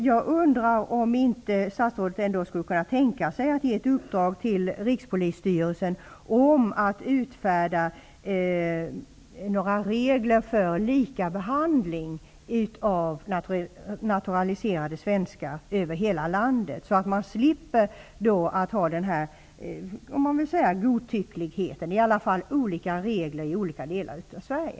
Jag undrar om statsrådet skulle kunna tänka sig att uppdra åt Rikspolisstyrelsen att utfärda regler för likabehandling av naturaliserade svenskar, så att man slipper godtyckligheten, dvs. att olika regler tillämpas i olika delar av Sverige.